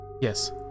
Yes